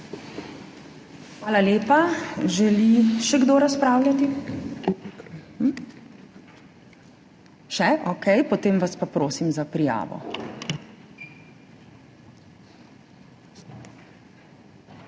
Hvala lepa. Želi še kdo razpravljati? Še. Okej, potem vas pa prosim za prijavo.